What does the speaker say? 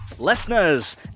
Listeners